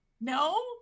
No